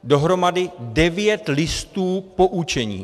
Dohromady devět listů poučení.